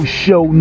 show